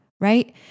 Right